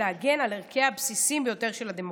להגן על ערכיה הבסיסיים ביותר של הדמוקרטיה.